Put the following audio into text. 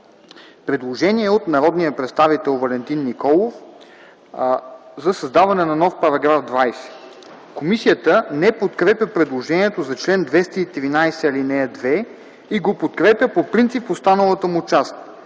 предложение от народния представител Валентин Николов за създаване на нов § 20. Комисията не подкрепя предложението за чл. 213, ал. 2 и го подкрепя по принцип в останалата му част.